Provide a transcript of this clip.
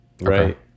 Right